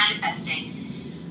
manifesting